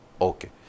Okay